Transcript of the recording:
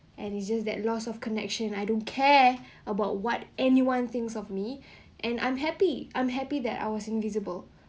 and it's just that lost of connection I don't care about what anyone thinks of me and I'm happy I'm happy that I was invisible